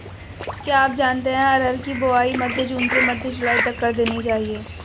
क्या आप जानते है अरहर की बोआई मध्य जून से मध्य जुलाई तक कर देनी चाहिये?